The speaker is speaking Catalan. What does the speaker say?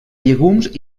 llegums